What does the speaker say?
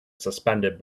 suspended